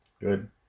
Good